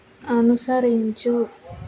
అనుసరించు